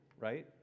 right